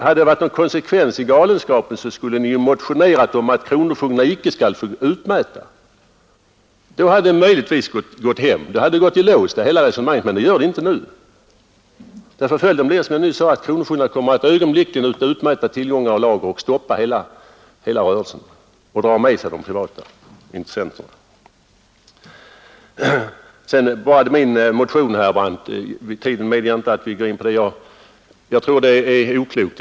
Hade det varit någon konsekvens i galenskapen, skulle ni ju motionerat om att kronofogdarna icke skall få utmäta. Då hade hela resonemanget gått i lås, men det gör det inte nu, därför att följden blir som jag nyss sade att kronofogdarna kommer att utmäta lager och övriga tillgångar, stoppa hela rörelsen och dra med de privata intressenterna. Vad beträffar min motion, herr Brandt, medger inte tiden att vi går in på den. Jag tror att det är oklokt att den inte tillgodoses.